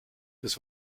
das